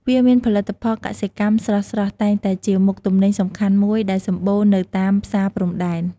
វាមានផលិតផល កសិកម្មស្រស់ៗ តែងតែជាមុខទំនិញសំខាន់មួយដែលសម្បូរនៅតាមផ្សារព្រំដែន។